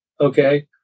okay